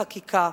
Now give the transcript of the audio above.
חקיקה.